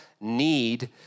need